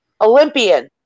Olympian